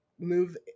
move